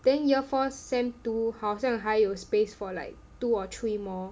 then year four sem two 好像还有 space for like two or three more